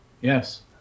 Yes